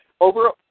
Over